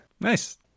nice